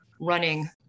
running